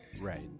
right